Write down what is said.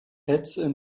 into